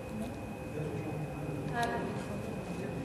אני במקומו.